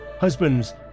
Husbands